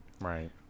Right